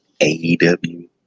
AEW